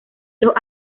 los